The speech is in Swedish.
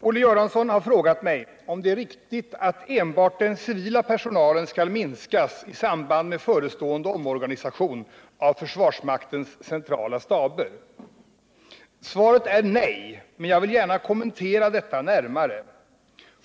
Olle Göransson har frågat mig om det är riktigt att enbart den civila personalen skall minskas i samband med förestående omorganisation av försvarsmaktens centrala staber. Svaret är nej, men jag vill gärna kommentera detta närmare.